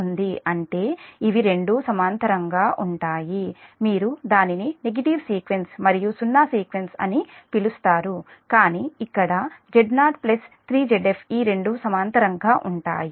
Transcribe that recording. అంటే మీ ఇవి రెండూ సమాంతరంగా ఉంటాయి మీరు దానిని నెగటివ్ సీక్వెన్స్ మరియు సున్నా సీక్వెన్స్ అని పిలుస్తారు కానీ ఇక్కడ Z0 3 Zf ఈ రెండు సమాంతరంగా ఉంటాయి